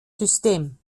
system